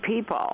people